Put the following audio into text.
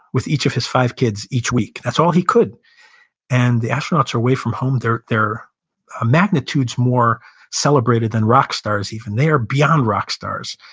with each of his five kids each week. that's all he could and the astronauts are away from home, they're they're ah magnitudes more celebrated than rock stars, even. they are beyond rock stars.